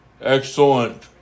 excellent